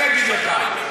אני אגיד לך.